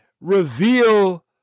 reveal